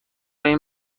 این